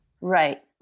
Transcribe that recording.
right